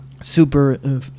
super